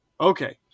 okay